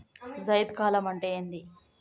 జైద్ కాలం అంటే ఏంది?